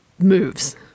moves